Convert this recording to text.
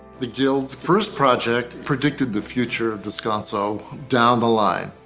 the guild's first project predicted the future of descanso down the line.